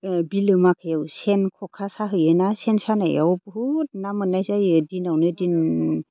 बिलोमाखायाव सेन ख'खा साहैयोना सेन सानायाव बुहुद ना मोननाय जायो दिनावनो दिन